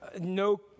no